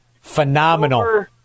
Phenomenal